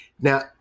Now